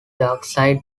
darkseid